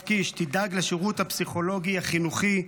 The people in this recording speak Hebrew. קיש: דאג לשירות הפסיכולוגי החינוכי.